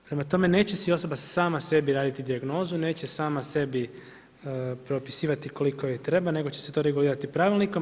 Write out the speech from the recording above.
Prema tome, neće si osoba sama sebi raditi dijagnozu, neće sama sebi propisivati koliko joj treba, nego će se to regulirati pravilnikom.